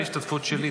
תרצה את ההשתתפות שלי,